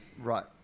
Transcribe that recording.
Right